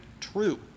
true